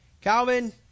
Calvin